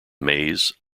maze